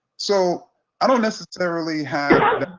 so i don't necessarily have